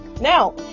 Now